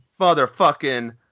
motherfucking